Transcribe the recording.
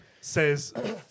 says